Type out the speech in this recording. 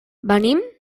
venim